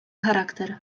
charakter